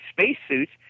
spacesuits